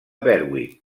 berwick